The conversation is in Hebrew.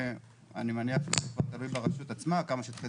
אני מניח שזה כבר תלוי ברשות עצמה כמה שטחי